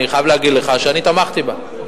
אני חייב להגיד לך שאני תמכתי בה.